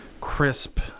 crisp